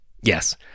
Yes